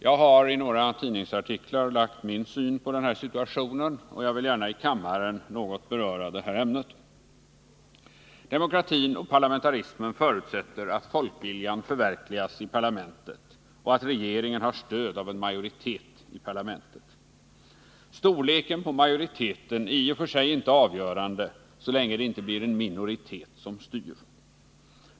Jag har i några tidningsartiklar lagt fram min syn på den här situationen, och jag vill också gärna i kammaren något beröra det här ämnet. Demokratin och parlamentarismen förutsätter att folkviljan förverkligas i parlamentet och att regeringen har stöd av en majoritet i parlamentet. Majoritetens storlek är i och för sig inte avgörande så länge det inte blir en minoritet som styr.